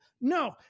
No